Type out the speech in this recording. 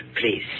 Please